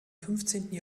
fünfzehnten